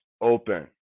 open